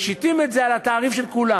משיתים את זה על התעריף של כולם,